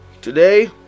Today